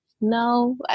No